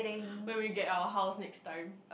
when we get our house next time